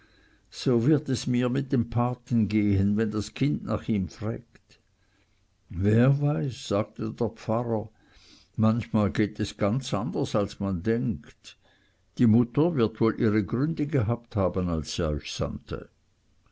so wird es mir mit dem paten gehen wenn das kind nach ihm frägt wer weiß sagte der pfarrer manchmal geht es ganz anders als man denkt die mutter wird wohl ihre gründe gehabt haben als sie